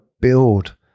build